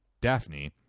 Daphne